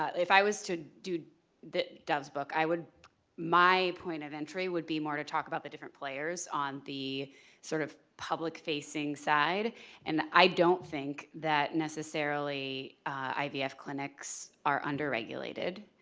if i was to do the doves book i would my point of entry would be more to talk about the different players on the sort of public facing side and i don't think that necessarily ivf clinics are under regulated.